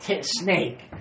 snake